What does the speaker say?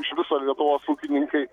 iš viso lietuvos ūkininkai